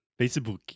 Facebook